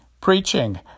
preaching